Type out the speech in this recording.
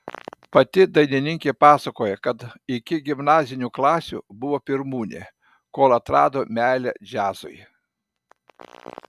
pati dainininkė pasakoja kad iki gimnazinių klasių buvo pirmūnė kol atrado meilę džiazui